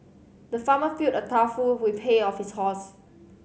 the farmer filled a trough full with pay of his horse